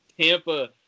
Tampa